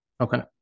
okay